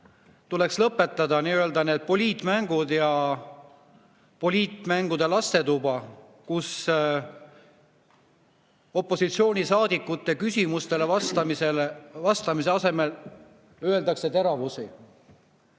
tuleks lõpetada nii-öelda poliitmängud ja poliitmängude lastetuba, kus opositsioonisaadikute küsimustele vastamise asemel öeldakse teravusi.